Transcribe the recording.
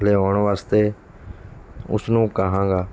ਲਿਆਉਣ ਵਾਸਤੇ ਉਸਨੂੰ ਕਹਾਂਗਾ